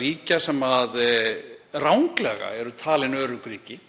ríkja sem ranglega eru talin örugg ríki,